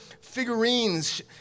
figurines